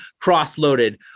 cross-loaded